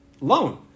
loan